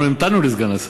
אנחנו המתנו לסגן השר.